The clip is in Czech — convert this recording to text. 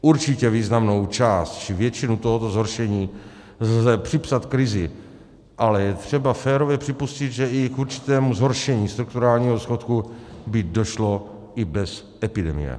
Určitě významnou část, či většinu tohoto zhoršení lze připsat krizi, ale je třeba férově připustit, že k určitému zhoršení strukturálního schodku by došlo i bez epidemie.